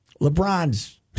LeBron's